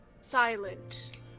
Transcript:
Silent